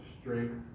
strength